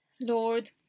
Lord